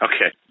Okay